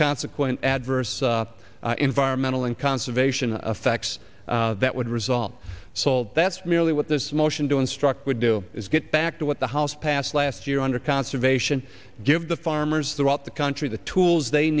consequent adverse environmental and conservation affects that would result so all that's merely what this motion to instruct would do is get back to what the house passed last year under conservation give the farmers there out the country the tools they